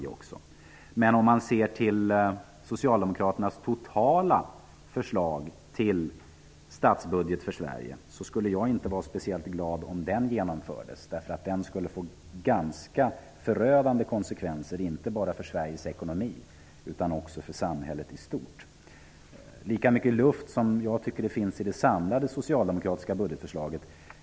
Men jag skulle inte vara särskilt glad om Socialdemokraternas totala förslag till statsbudget för Sverige genomfördes. Den skulle få ganska förödande konsekvenser inte bara för Sveriges ekonomi utan också för samhället i stort. Jag anser att det finns mycket luft i det samlade socialdemokratiska budgetförslaget.